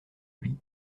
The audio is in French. lui